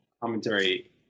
commentary